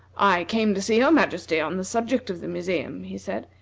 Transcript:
i came to see your majesty on the subject of the museum, he said,